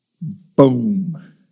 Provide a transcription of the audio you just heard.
Boom